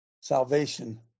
salvation